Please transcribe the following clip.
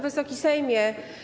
Wysoki Sejmie!